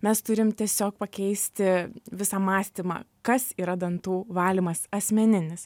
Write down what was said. mes turim tiesiog pakeisti visą mąstymą kas yra dantų valymas asmeninis